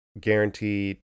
guaranteed